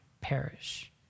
perish